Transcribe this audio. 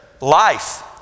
life